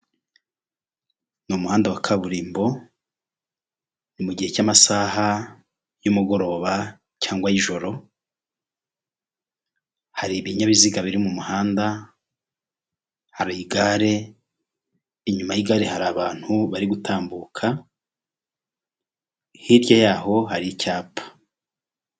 Ni umuhanda wa kaburimbo ni mu gihe cy'amasaha y'umugoroba cyangwa y'ijoro hari ibinyabiziga biri mu muhanda hari igare inyuma y'igare hari abantu bari gutambuka hirya yaho hari icyapa.